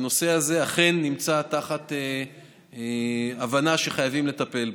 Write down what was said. והנושא הזה אכן נמצא תחת הבנה שחייבים לטפל.